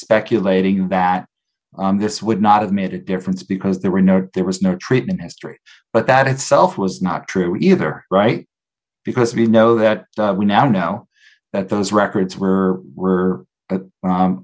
speculating that this would not have made a difference because there were no there was no treatment history but that itself was not true either right because we know that we now know that those records were